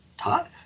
tough